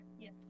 Yes